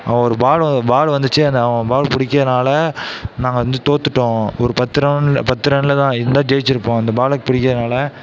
அவன் ஒரு ball ball வந்துச்சு அந்த அவன் பாலை பிடிக்காதனால நாங்கள் வந்து தோர்த்துட்டோம் ஒரு பத்து ரன்ல பத்து ரன்னில் தான் இருந்தா ஜெயிச்சியிருப்போம் அந்த பாலை பிடிக்காதனால